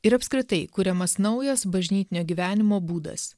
ir apskritai kuriamas naujas bažnytinio gyvenimo būdas